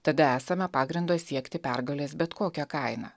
tada esame pagrindo siekti pergalės bet kokia kaina